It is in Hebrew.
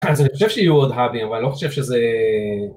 אז אני חושב שיהיו עוד האבים אבל לא חושב שזה...